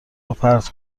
روپرت